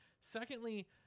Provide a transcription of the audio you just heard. secondly